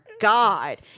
God